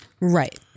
Right